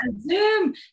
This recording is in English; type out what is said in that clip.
Zoom